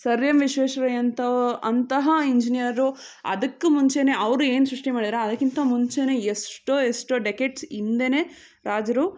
sir M Visvesvaraya ಅಂಥ ಅಂತಹ engineer ಅದಕ್ಕೆ ಮುಂಚೆನೆ ಅವರು ಏನು ಸೃಷ್ಟಿ ಮಾಡಿದ್ದಾರೊ ಅದಕ್ಕಿಂತ ಮುಂಚೆನೆ ಎಷ್ಟೊ ಎಷ್ಟೊ ಡೆಕೆಡ್ಸ್ ಹಿಂದೇನೆ ರಾಜರು